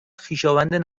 خویشاوند